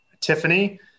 Tiffany